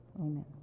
Amen